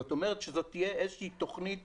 זאת אומרת, זאת תהיה איזושהי תוכנית